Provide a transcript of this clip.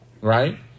right